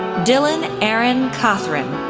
dillan aaron cothran,